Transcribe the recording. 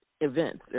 events